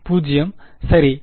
0 சரி